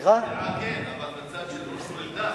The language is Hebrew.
להביע דעה כן, אבל בצד של פרופסור אלדד.